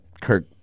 Kirk